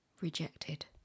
rejected